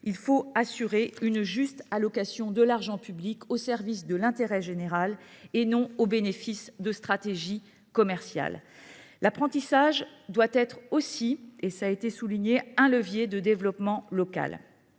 Il faut assurer une juste allocation de l’argent public, au service de l’intérêt général et non au bénéfice de stratégies commerciales. L’apprentissage doit aussi être un levier de développement local.